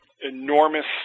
enormous